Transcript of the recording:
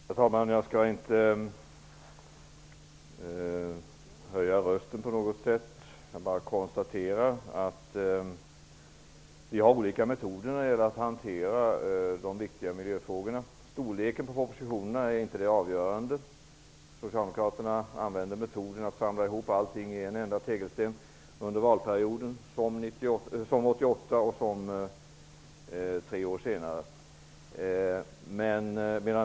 Herr talman! Jag skall inte höja rösten på något sätt. Jag bara konstaterar att vi har olika metoder när det gäller att hantera de viktiga miljöfrågorna. Storleken på propositionerna är inte det avgörande. Socialdemokraterna använde metoden att samla ihop allting i en enda tegelsten under valperioden 1988 och tre år senare.